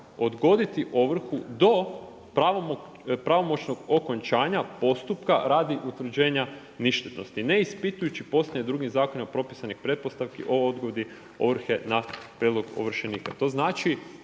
odgoditi ovrhu do pravomoćnog okončanja postupka radi utvrđenja ništetnosti, ne ispitujući poslije drugim zakonima propisanih pretpostavki o odgodi ovrhe na prijedlog ovršenika.“